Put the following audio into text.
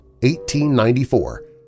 1894